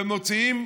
ומוציאים